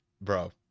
bro